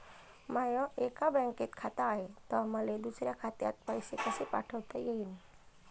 माय एका बँकेत खात हाय, त मले दुसऱ्या खात्यात पैसे कसे पाठवता येईन?